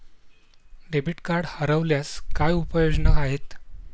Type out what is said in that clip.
Debit card हरवल्यास काय उपाय योजना आहेत?